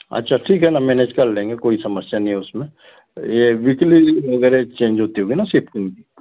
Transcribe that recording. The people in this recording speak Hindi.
अच्छा ठीक है न मेनेज कर लेंगे कोई समस्या नहीं उसमें ये वीकली वगैरह चेंज होती होंगी न शिफ्ट